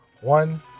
one